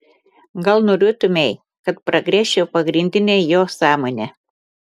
gal norėtumei kad pragręžčiau pagrindinę jo sąmonę